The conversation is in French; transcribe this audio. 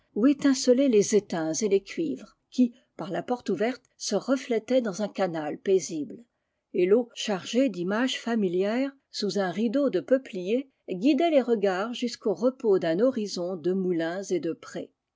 élincelaient les étains et les cuivres qui par la porte ouverte se reflétaient dans un canal paisible et l'eau chargée d'images familières sous un rideau de peupliers guidait les regards jusqu'au repos d'un horizon de moulins et de prés